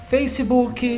Facebook